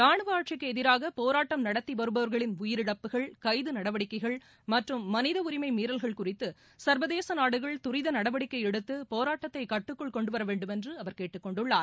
ரானுவ ஆட்சிக்கு எதிராக போரட்டம் நடத்தி வருபவா்களின் உயிரிழட்புகள் கைது நடவடிக்கைகள் மற்றும் மனித உரிமை மீறல்கள் குறித்து சா்வதேச நாடுகள் துரித நடவடிக்கை எடுத்து போராட்டத்தை கட்டுக்ககுள் கொண்டுவர வேண்டுமென்று அவர் கேட்டுக் கொண்டுள்ளார்